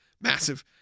massive